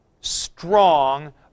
strong